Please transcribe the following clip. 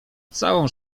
całą